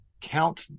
count